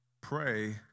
pray